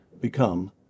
become